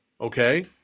Okay